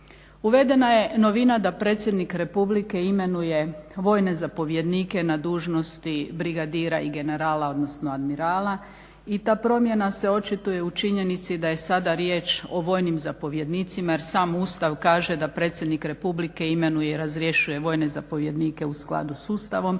Uvedena je novina da Predsjednik Republike imenuje vojne zapovjednike na dužnosti brigadira i generala, odnosno admirala i ta promjena se očituje u činjenici da je sada riječ o vojnim zapovjednicima jer sam Ustav kaže da Predsjednik Republike imenuje i razrješuje vojne zapovjednike u skladu sa Ustavom